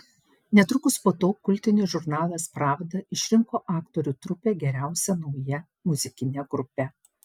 netrukus po to kultinis žurnalas pravda išrinko aktorių trupę geriausia nauja muzikine grupe